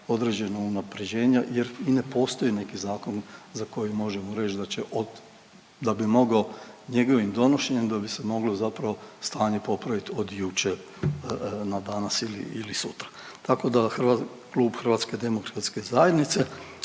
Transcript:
određena unapređenja jer i ne postoji neki zakon za koji možemo reć da će od da bi mogao njegovim donošenjem da bi se moglo zapravo stanje popravit od jučer na danas ili sutra. Tako da klub HDZ-a ovaj zakon će